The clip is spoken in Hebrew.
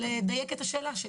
זה מוציא את הכוח החל מהתחלה במשא